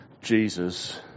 Jesus